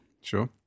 sure